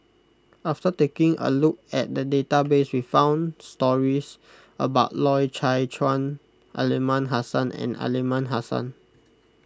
after taking a look at the database we found stories about Loy Chye Chuan Aliman Hassan and Aliman Hassan